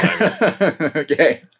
Okay